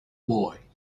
boy